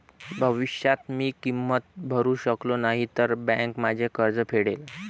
भविष्यात मी किंमत भरू शकलो नाही तर बँक माझे कर्ज फेडेल